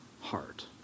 heart